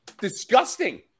disgusting